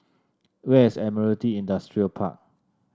where is Admiralty Industrial Park